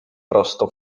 prosto